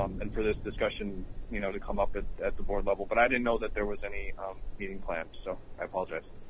um and for this discussion you know to come up at at the board level, but i didn't know that there was any meeting planned, so i apologize.